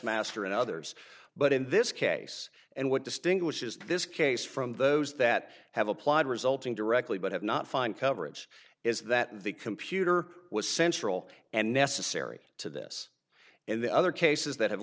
master and others but in this case and what distinguishes this case from those that have applied resulting directly but have not find coverage is that the computer was central and necessary to this in the other cases that have